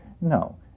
No